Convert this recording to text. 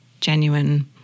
genuine